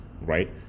right